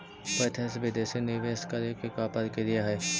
प्रत्यक्ष विदेशी निवेश करे के का प्रक्रिया हइ?